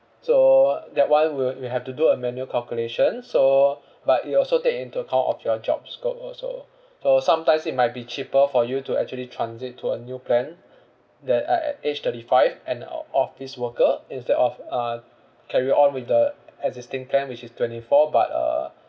so that [one] we'll we have to do a manual calculation so but it also take into account of your job scope also so sometimes it might be cheaper for you to actually transit to a new plan that uh at age thirty five and o~ office worker instead of uh carry on with the existing plan which is twenty four but uh